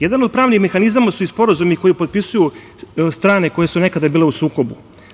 Jedan od pravnih mehanizama su i sporazumi koji potpisuju strane koje su nekada bile u sukobu.